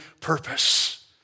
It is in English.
purpose